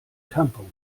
tampons